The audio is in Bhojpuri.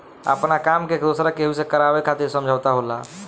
आपना काम के दोसरा केहू से करावे खातिर समझौता होला